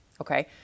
Okay